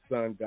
Son